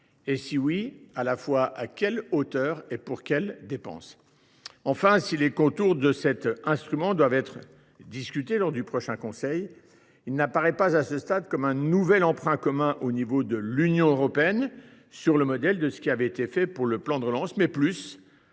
et, si oui, à quelle hauteur et pour quelles dépenses ? Si les contours de cet instrument doivent être discutés lors du prochain Conseil, il apparaît à ce stade non pas comme un nouvel emprunt commun au niveau de l’Union européenne, sur le modèle de ce qui avait été fait pour le plan de relance, mais plus